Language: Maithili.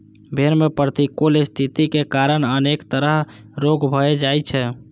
भेड़ मे प्रतिकूल स्थितिक कारण अनेक तरह रोग भए जाइ छै